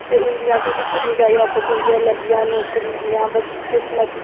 ते हून जि'यां कि उस्सी किन्नी सारियां आपर्चूनटियां लब्भियां नौकरियां दियां बट्ट किस्मत